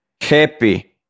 Happy